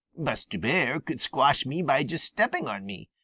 buster bear could squash me by just stepping on me,